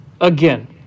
again